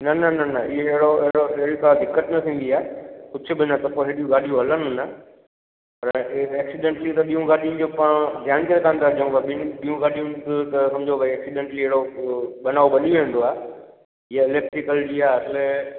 न न न न इहो अहिड़ो अहिड़ी को दिकत थींदी आहे कुझु बि न त पोइ हेॾियूं गाॾियूं हलनि न अगरि एक्सीडेंट थिए त ॿियूं गाॾियुनि जो पाण ध्यान ई कोनि था ॾियूं पिया ॿियूं गाॾियूं त सम्झो भाई एक्सीडेंट जहिड़ो बनाव हली वेंदो आहे इहा इलेक्ट्रिकल जी आहे त